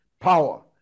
power